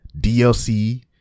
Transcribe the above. DLC